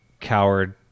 coward